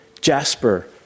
jasper